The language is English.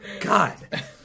God